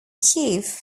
kiev